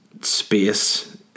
space